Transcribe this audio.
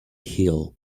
hill